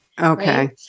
Okay